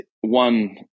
one